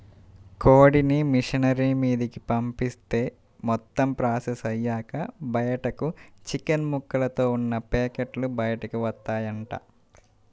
కోడిని మిషనరీ మీదకు పంపిత్తే మొత్తం ప్రాసెస్ అయ్యాక బయటకు చికెన్ ముక్కలతో ఉన్న పేకెట్లు బయటకు వత్తాయంట